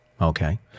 Okay